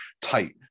tight